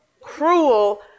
cruel